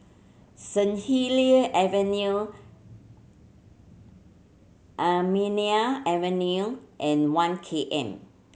Saint Helier Avenue Avenue and One K M